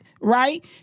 Right